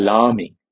alarming